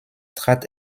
trat